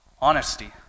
honesty